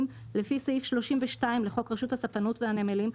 לפי סעיף 32 לחוק רשות הספנות והנמלים,